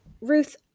Ruth